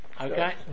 okay